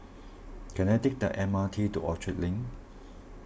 can I take the M R T to Orchard Link